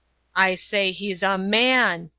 i say he's a man,